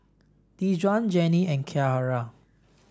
Dejuan Jeannine and Kyara